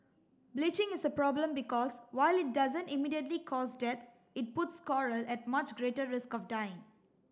bleaching is a problem because while it doesn't immediately cause death it puts coral at much greater risk of dying